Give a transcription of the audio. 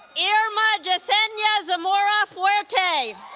yeah irma jesenia zamora fuerte